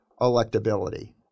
electability